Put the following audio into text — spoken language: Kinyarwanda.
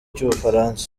cy’ubufaransa